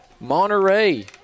Monterey